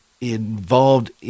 involved